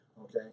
Okay